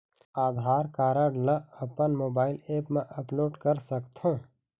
आधार card ला अपन mobile app मा अपलोड कर सकथों?